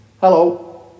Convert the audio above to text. hello